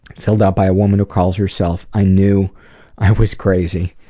filled out by a woman who calls herself i knew i was crazy.